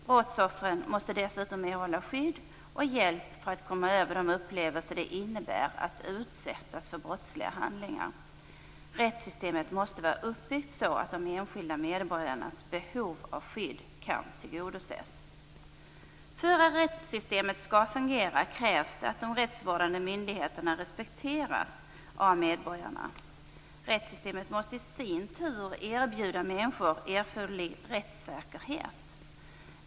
Brottsoffren måste dessutom erhålla skydd och hjälp för att komma över de upplevelser som det innebär att utsättas för brottsliga handlingar. Rättssystemet måste vara uppbyggt så att de enskilda medborgarnas behov av skydd kan tillgodoses. För att rättssystemet skall fungera krävs det att de rättsvårdande myndigheterna respekteras av medborgarna. Rättssystemet måste i sin tur erbjuda människor erforderlig rättssäkerhet.